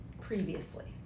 Previously